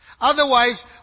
Otherwise